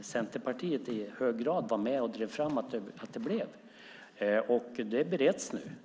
Centerpartiet i hög grad var med och drev fram att det blev av, och detta arbete bereds nu.